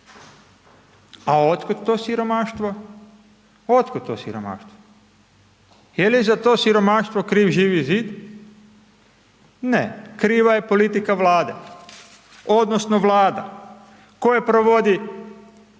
A od kuda to siromaštvo? Od kuda to siromaštvo? Je li za to siromaštvo kriv Živi zid? Ne, kriva je politika vlade, odnosno, vlada, koja provodi